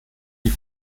die